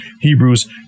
Hebrews